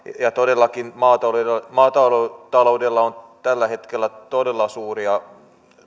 todellakin maataloudella maataloudella on tällä hetkellä todella suuria